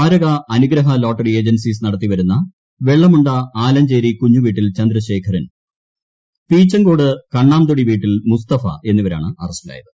ദാരക അനുഗ്രഹലോട്ടറി ഏജൻസീസ് നടത്തിവിരുന്ന് വെള്ളമുണ്ട ആലഞ്ചേരി കുഞ്ഞു വീട്ടിൽ ചന്ദ്രശേഖരൻ പ്രപിച്ച്ങ്കോട് കണ്ണാംതൊടി വീട്ടിൽ മുസ്തഫ എന്നിവരാണ് അറസ്റ്റിലായത്